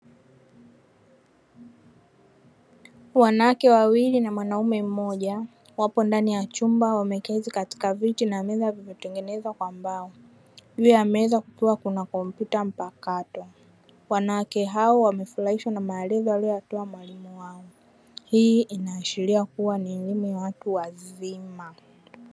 Wanawake wawili na mwaume mmoja wapo ndani ya chumba wameketi katika viti na meza vilivyotengenezwa kwa mbao juu ya meza kukiwa kuna kompyuta mpakato. Wanawake hao wamefurahishwa na maelezo aliyoyatoa walimu wao, hii inaashiria kuwa ni elimu ya watu wazima.